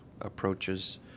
approaches